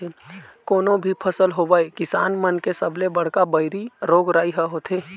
कोनो भी फसल होवय किसान मन के सबले बड़का बइरी रोग राई ह होथे